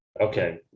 Okay